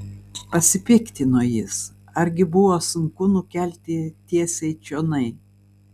pasipiktino jis argi buvo sunku nukelti tiesiai čionai